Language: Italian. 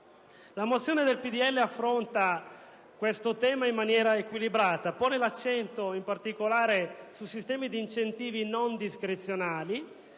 Libertà affronta questo tema in maniera equilibrata, ponendo l'accento, in particolare, su sistemi di incentivi non discrezionali,